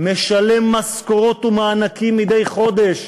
משלם משכורות ומענקים מדי חודש,